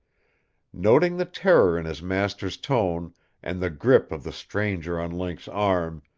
noting the terror in his master's tone and the grip of the stranger on link's arm,